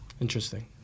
Interesting